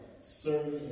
serving